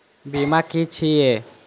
बीमा की छी ये?